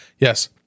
Yes